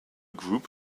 group